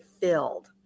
filled